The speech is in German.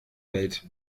welt